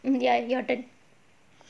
mm ya your turn